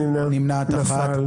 נפל.